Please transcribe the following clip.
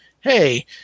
hey